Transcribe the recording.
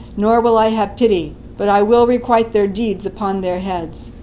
nor will i have pity, but i will requite their deeds upon their heads.